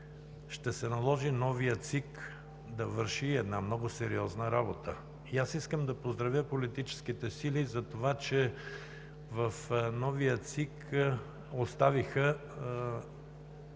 ще се наложи новата ЦИК да върши една много сериозна работа и аз искам да поздравя политическите сили затова, че в новата ЦИК оставиха